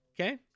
Okay